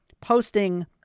posting